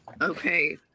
Okay